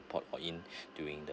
port in during the